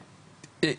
אוקי.